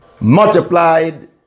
Multiplied